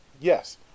Yes